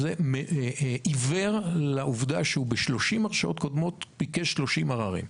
אני עיוור לעובדה שב-30 הרשעות קודמות ביקש 30 עררים.